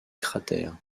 cratère